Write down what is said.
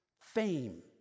fame